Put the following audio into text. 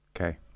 Okay